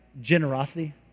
generosity